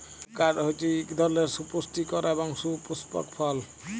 avocado হছে ইক ধরলের সুপুষ্টিকর এবং সুপুস্পক ফল